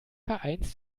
vereins